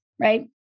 right